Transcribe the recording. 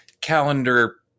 calendar